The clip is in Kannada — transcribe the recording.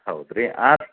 ಹೌದುರೀ ಆತು